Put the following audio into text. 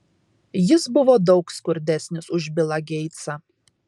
jis buvo daug skurdesnis už bilą geitsą